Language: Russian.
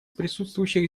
присутствующих